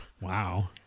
Wow